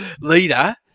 leader